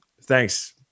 thanks